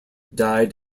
died